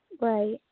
Right